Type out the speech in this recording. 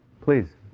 Please